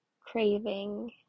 craving